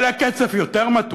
היה לה קצב יותר מתון,